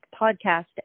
podcast